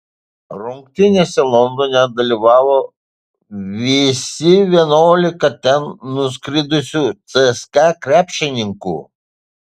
rungtynėse londone dalyvavo visi vienuolika ten nuskridusių cska krepšininkų